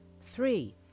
Three